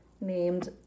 named